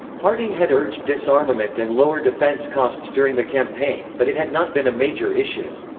harding had urged disarmament and lower defense costs during the campaign, but it had not been a major issue.